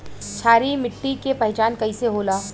क्षारीय मिट्टी के पहचान कईसे होला?